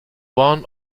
one